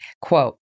Quote